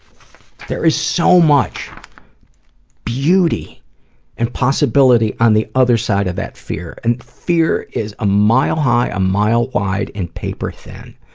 there is so much beauty and possibility on the other side of that fear. and fear is a mile high, a mile wide and paper thin.